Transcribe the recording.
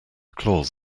claus